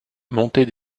montée